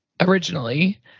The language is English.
originally